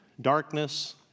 darkness